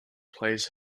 plays